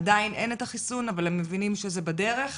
עדיין אין החיסון אבל הם מבינים שזה בדרך,